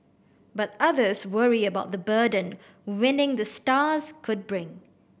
but others worry about the burden winning the stars could bring